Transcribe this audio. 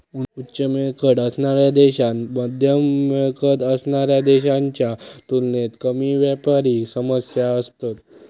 उच्च मिळकत असणाऱ्या देशांत मध्यम मिळकत असणाऱ्या देशांच्या तुलनेत कमी व्यापारी समस्या असतत